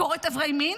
כורת אברי מין?